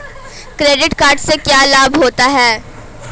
Credit card से क्या क्या लाभ होता है?